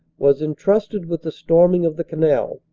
was entrusted with the storming of the canal.